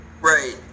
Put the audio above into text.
Right